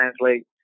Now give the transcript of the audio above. translate